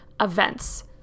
events